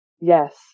yes